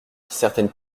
certaines